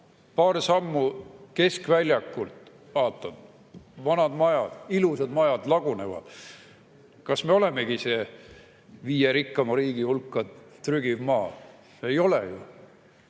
paar sammu keskväljakult, vaatan, ilusad vanad majad lagunevad. Kas me olemegi viie rikkama riigi hulka trügiv maa? Ei ole ju.